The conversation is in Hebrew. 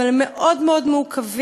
אבל הם מאוד מאוד מעוכבים,